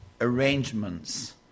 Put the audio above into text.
arrangements